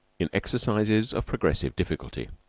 in exercises of progressive difficulty.